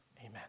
amen